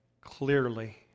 Clearly